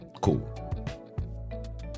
Cool